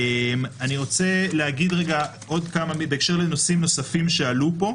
אני רוצה להגיד עוד כמה מילים בהקשר לנושאים נוספים שעלו פה.